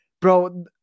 bro